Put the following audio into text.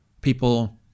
people